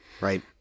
right